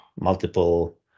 multiple